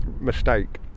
mistake